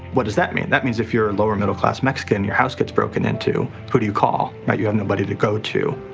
what does that mean? that means if you're a lower-middle class mexican your house gets broken into, who do you call? you have nobody to go to,